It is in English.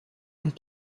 and